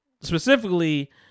specifically